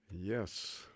Yes